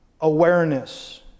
awareness